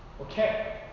Okay